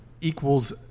equals